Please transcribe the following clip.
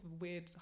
weird